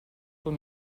con